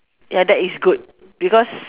ya that is good because